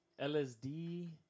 LSD